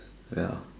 ya